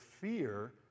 fear